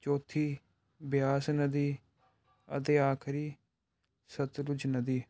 ਚੌਥੀ ਬਿਆਸ ਨਦੀ ਅਤੇ ਆਖਰੀ ਸਤਲੁਜ ਨਦੀ